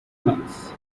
months